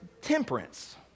temperance